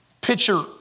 Pitcher